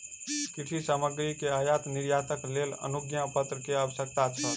कृषि सामग्री के आयात निर्यातक लेल अनुज्ञापत्र के आवश्यकता छल